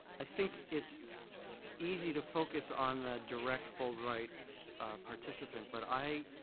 i think it's easy to focus on the direct fulbright participant, but i